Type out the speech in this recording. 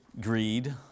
Greed